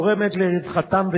התורמת לרווחתם,